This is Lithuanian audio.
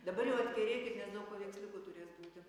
dabar jau atkerėkit nes daug paveiksliukų turės būti